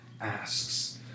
Asks